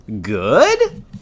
Good